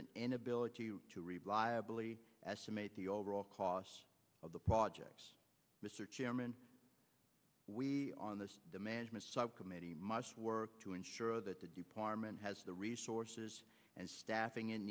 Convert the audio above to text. an inability to reliably estimate the overall cost of the project mr chairman we on the management subcommittee must work to ensure that the department has the resources and staffing